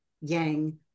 yang